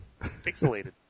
pixelated